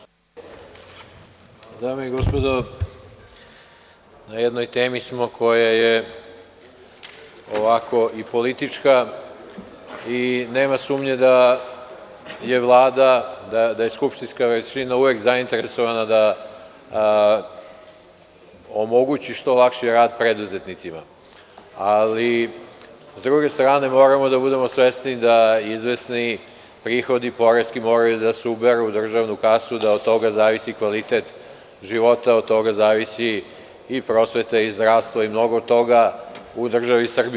Dame i gospodo, na jednoj temi smo koja je i politička i nema sumnje da je Vlada, skupštinska većina uvek zainteresovana da omogući što lakši rad preduzetnicima, ali s druge strane, moramo da budemo svesni da izvesni prihodi poreski moraju da se uberu u državnu kasu i od toga zavisi kvalitet života, od toga zavisi i prosveta i zdravstvo i mnogo toga u državi Srbiji.